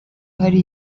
hari